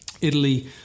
Italy